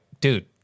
dude